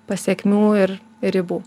pasekmių ir ribų